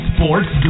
Sports